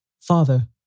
Father